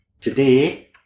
today